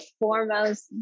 foremost